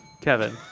Kevin